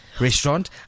Restaurant